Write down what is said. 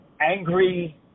angry